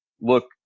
look